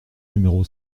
numéro